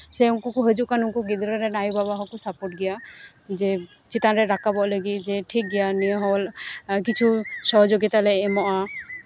ᱥᱮ ᱩᱱᱠᱩ ᱠᱚ ᱦᱤᱡᱩᱜ ᱠᱟᱱ ᱜᱤᱫᱽᱨᱟᱹ ᱨᱮᱱ ᱟᱭᱳᱼᱵᱟᱵᱟ ᱦᱚᱸᱠᱚ ᱥᱟᱯᱳᱨᱴ ᱜᱮᱭᱟ ᱡᱮ ᱪᱮᱛᱟᱱ ᱨᱮ ᱴᱟᱠᱟᱵᱚᱜ ᱞᱟᱹᱜᱤᱫ ᱡᱮ ᱴᱷᱤᱠ ᱜᱮᱭᱟ ᱱᱤᱭᱟᱹ ᱦᱚᱸ ᱠᱤᱪᱷᱩ ᱥᱚᱦᱚᱡᱳᱜᱤᱛᱟ ᱞᱮ ᱮᱢᱚᱜᱼᱟ